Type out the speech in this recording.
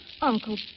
Uncle